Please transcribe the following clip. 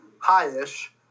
high-ish